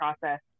process